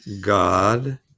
God